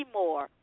more